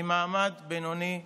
ממעמד בינוני יציב.